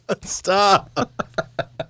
Stop